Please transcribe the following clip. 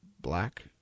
black